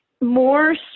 more